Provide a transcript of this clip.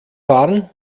fahren